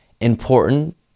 important